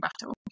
battle